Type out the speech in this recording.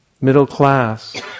middle-class